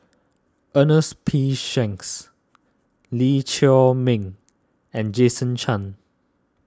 Ernest P Shanks Lee Chiaw Meng and Jason Chan